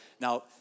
Now